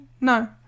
No